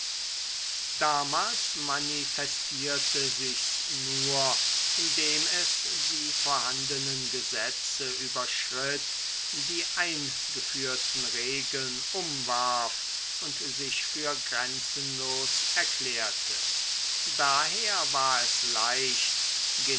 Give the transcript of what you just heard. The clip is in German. damals manifestierte sich's nur indem es die vorhandenen gesetze überschritt die eingeführten regeln umwarf und sich für grenzenlos erklärte daher war es leicht